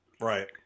Right